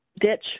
ditch